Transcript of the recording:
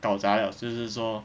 搞砸 liao 就是说